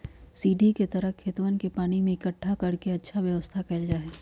सीढ़ी के तरह खेतवन में पानी के इकट्ठा कर के अच्छा व्यवस्था कइल जाहई